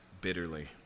bitterly